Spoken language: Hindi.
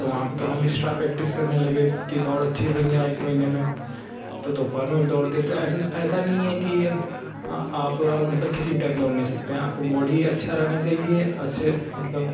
तो वहाँ पर तो हम इस्ट्रा प्रैक्टिस करने लगे कि दौड़ अच्छी बन जाए एक महीने में तो दोपहर में भी दौड़ते थे ऐसा ऐसा नहीं है कि आप मतलब किसी भी टाइम दौड़ नहीं सकते हैं आपको बॉडी अच्छा रहना चाहिए अच्छे मतलब